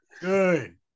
Good